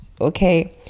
okay